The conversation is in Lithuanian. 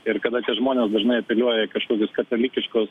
ir kada tie žmonės dažnai apeliuoja į kažkokius katalikiškos